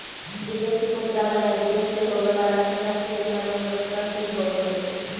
विदेशी मुद्रा बाजार विदेश से होवे वाला अंतरराष्ट्रीय व्यापार में मददगार सिद्ध होवऽ हइ